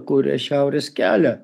kuria šiaurės kelią